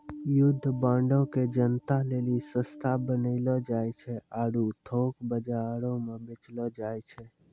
युद्ध बांडो के जनता लेली सस्ता बनैलो जाय छै आरु थोक बजारो मे बेचलो जाय छै